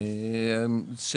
כמה עולה ההסכם הזה?